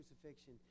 crucifixion